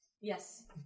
Yes